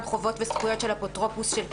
חובות וזכויות של אפוטרופוס של קטין,